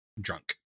drunk